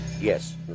Yes